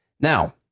now